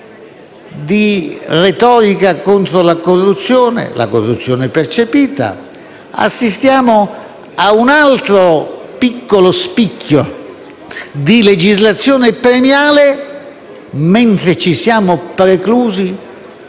di retorica contro la corruzione (quella percepita) ad un altro piccolo spicchio di legislazione premiale, mentre ci siamo preclusi